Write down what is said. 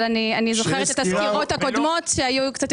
אבל אני זוכרת את הסקירות הקודמות שהיו קצת יותר משמעותיות.